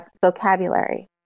vocabulary